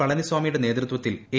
പളനിസാമിയുടെ നേതൃത്വത്തിൽ എ